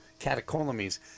Catecholamines